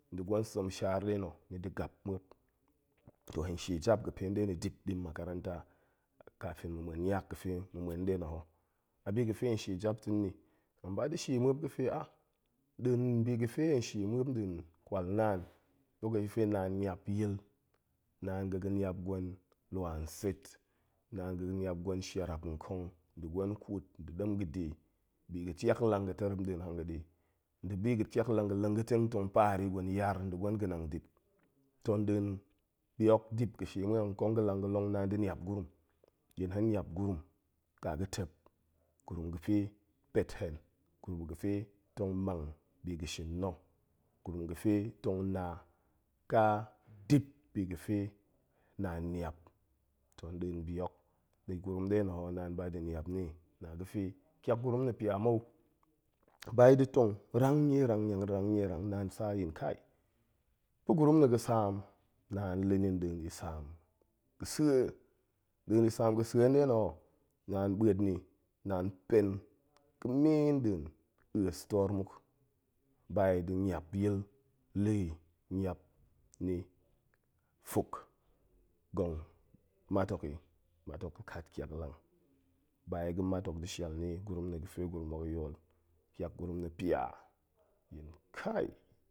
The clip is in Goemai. Nda̱ gwen sem shaar nɗe na̱, ni da̱ gap muop, toh hen shie jap ga̱pe nḏe na̱ dip ɗi makaranta kafin mu muen niak ga̱fe mu muen nɗe na̱ ho, abiga̱fe hen shie jap ta̱n ni, hen ba da̱ shie muop ga̱fe, ah nɗin bi ga̱fe hen shie muop ndin kwal naan lokashi ga̱fe naan niap yil, naan ga̱ga̱ niap gwen lwa nset, naan ga̱ga̱ niap gwen sharap nkong nda̱ gwen ƙut, nda̱ nem ga̱de bi ga̱ tiaklang ga̱ terep nɗin hanga̱ɗe, nda̱ bi ga̱ tiaklang ga̱ leng ga̱teng tong paar i, gwen yar nda̱ gwen ga̱nang dip, toh nɗin bi hok dip ga̱ shie men hok, nkong ga̱ lang ga̱long naan da̱ niap gurum, yin hen niap gurum ƙaa ga̱ tep, gurum ga̱pe pet hen, gurum ga̱fe tong mang bi ga̱shin na̱, gurum ga̱fe tong na ƙa dip biga̱fe naan niap, toh nɗin bi hok, ni gurum nɗe na̱ ho naan ba da̱ niap ni, na ga̱fe ƙiak gurun na̱ pia mou, ba yi da̱ tong rang nie rang ni, rang nie rang, naan sa yin, kai pa̱ gurum na̱ ga̱ saam, naan lini nɗin yisam ga̱sa̱e, nɗin yisam ga̱ sa̱e nɗe na̱, naan ɓuet ni, naan pen ga̱me nɗin a̱s toor muk bayi da̱ niap yil liyi, niap ni fuk ngong mat hok i, mat hok kat ƙiaklang, ba i ga̱ mat da̱ shial ni gurum na̱ ga̱fe gurum hok yool, ƙiak gurum na̱ pia yi kai